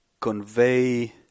convey